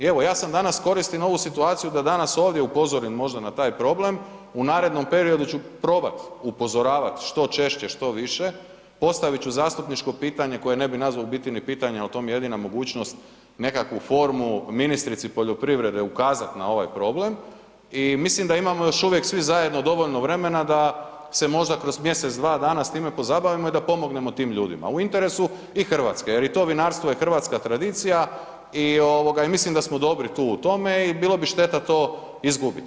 Evo ja danas koristim ovu situaciju da danas ovdje upozorim možda na taj problem, u narednom periodu ću probat upozoravat što češće, što više, postavit ću zastupničko pitanje koje ne bi nazvao ni pitanjem ali to mi je jedna mogućnost nekakvu formu ministrici poljoprivrede ukazat na ovaj problem i mislim da imamo još uvijek svi zajedno dovoljno vremena da se možda kroz mjesec, dva dana s time pozabavimo i da pomognemo tim ljudima u interesu i Hrvatske jer to vinarstvo je hrvatska tradicija i mislim da smo dobri tu u tome i bilo bi šteta to izgubiti.